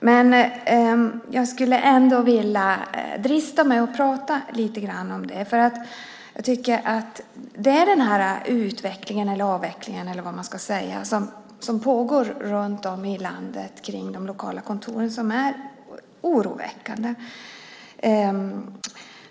Men jag skulle ändå vilja drista mig till att prata lite grann om detta. Den utveckling, eller avveckling, som pågår runt om i landet av de lokala kontoren är oroväckande.